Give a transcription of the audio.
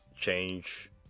change